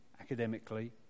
academically